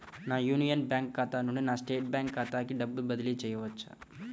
నా Union Bank ఖాతా నుండి నా స్టేట్ బ్యాంకు ఖాతాకి డబ్బు బదిలి చేయవచ్చా?